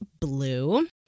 blue